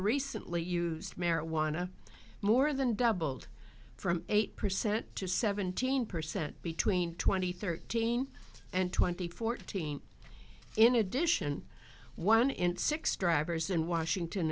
recently used marijuana more than doubled from eight percent to seventeen percent between two thousand and thirteen and twenty fourteen in addition one in six drivers in washington